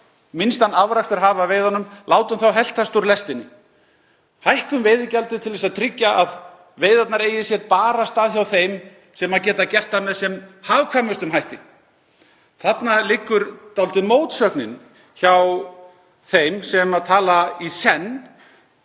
minnstan afrakstur hafa af veiðunum, heltast úr lestinni. Hækkum veiðigjaldið til að tryggja að veiðarnar eigi sér bara stað hjá þeim sem geta veitt með sem hagkvæmustum hætti. Þarna liggur dálítið mótsögnin hjá þeim sem tala í senn